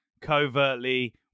covertly